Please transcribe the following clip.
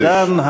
גלעד ארדן,